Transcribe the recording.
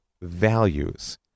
values